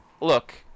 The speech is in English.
look